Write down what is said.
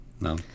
No